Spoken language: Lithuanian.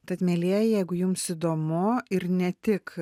tad mielieji jeigu jums įdomu ir ne tik